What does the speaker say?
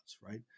right